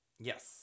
Yes